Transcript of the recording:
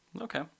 okay